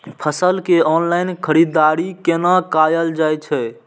फसल के ऑनलाइन खरीददारी केना कायल जाय छै?